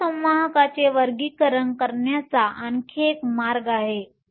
अर्धसंवाहकांचे वर्गीकरण करण्याचा आणखी एक मार्ग आहे